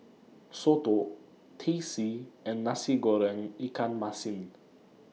Soto Teh C and Nasi Goreng Ikan Masin